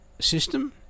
system